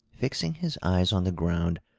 fixing his eyes on the ground,